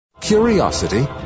Curiosity